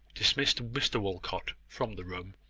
dismissed mr walcot from the room,